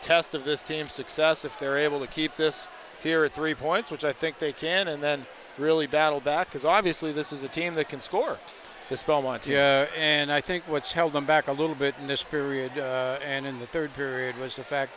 test of this team success if they're able to keep this here are three points which i think they can and then really battle back because obviously this is a team that can score a spell once and i think what's held them back a little bit in this period and in the third period was the fact